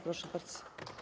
Proszę bardzo.